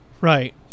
Right